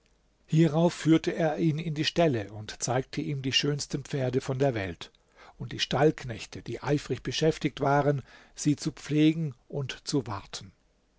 hierauf führte er ihn in die ställe und zeigte ihm die schönsten pferde von der welt und die stallknechte die eifrig beschäftigt waren sie zu pflegen und zu warten